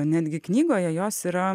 netgi knygoje jos yra